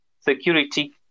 security